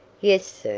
yes, sir,